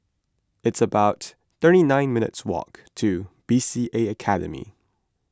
it's about thirty nine minutes' walk to B C A Academy